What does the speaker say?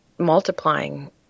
multiplying